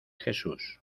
jesús